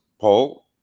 Paul